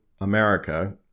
America